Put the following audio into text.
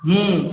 हूँ